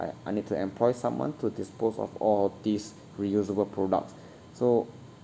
I I need to employ someone to dispose of all of these reusable products so